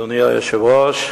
אדוני היושב-ראש,